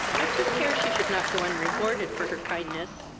i took care she should not go unrewarded for her kindness,